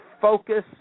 Focus